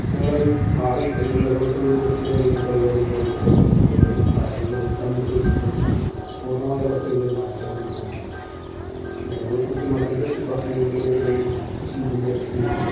പ്രശ്നങ്ങളത് മാറി ജനങ്ങൾ ഇടപെട്ടതുകൊണ്ട് കുറച്ച് കാര്യങ്ങൾ കൈകാര്യം ചെയ്യാൻ വേണ്ടി പറ്റീട്ടുണ്ട് കുറേ മാറ്റങ്ങൾ വരുത്താൻ വേണ്ടി പറ്റീട്ടുണ്ടെങ്കിലും പൂർണ്ണമായ ഒരവസ്ഥയിൽ മാറ്റാൻ വേണ്ടി പറ്റീട്ടില്ല പിന്നീടത് മറ്റ് മതവിശ്വാസങ്ങളുടെയിടയിൽ മുസ്ലീമ്സിൻ്റെ രീതി